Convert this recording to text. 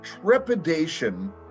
trepidation